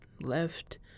left